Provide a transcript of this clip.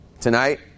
tonight